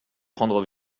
prendre